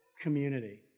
community